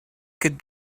could